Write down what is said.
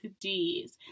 D's